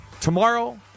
tomorrow